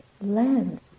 land